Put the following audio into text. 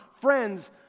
friends